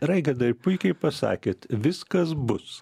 raigardai puikiai pasakėt viskas bus